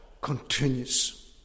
continues